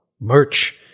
merch